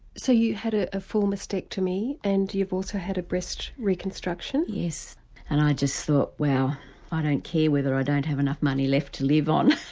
so you had ah a full mastectomy and you've also had a breast reconstruction? yes and i just thought well ah don't care whether i have enough money left to live on,